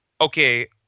Okay